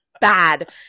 bad